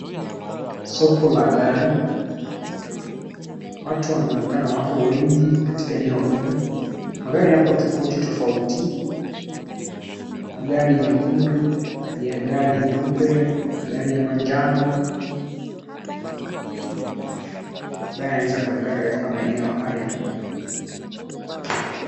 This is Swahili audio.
Soko la gari. Watu wanaonekana wapo wengi katika eneo hili,. Magari yapo tofauti tofauti, kuna gari nyekundu, kuna gari nyeupe, kuna gari ya manjano ambayo yanaezaonekana katika maeneo haya.